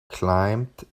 climbed